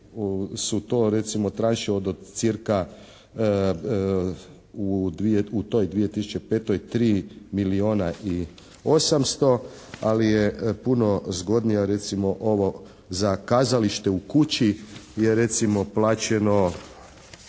su to tranše od cca u toj 2005. 3 milijuna i 800, ali je puno zgodnija ovo za "Kazalište u kući" je recimo plaćeno